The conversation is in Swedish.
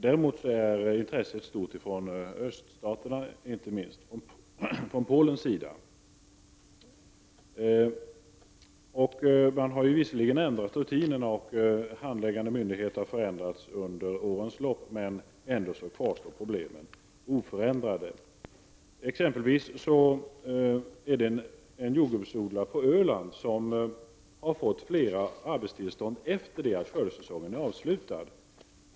Däremot är intresset stort från öststaterna, inte minst från Polens sida. Visserligen har rutinerna ändrats, och handläggande myndigheter har genomgått förändringar under årens lopp. Men ändå kvarstår problemen oförändrade. Exempelvis har en jordgubbsodlare på Öland fått flera arbetstill stånd efter det att skördesäsongen är avslutad.